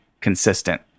consistent